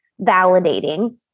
validating